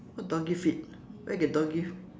what doggy feet where get doggy